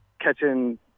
catching